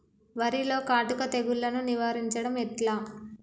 వరిలో కాటుక తెగుళ్లను నివారించడం ఎట్లా?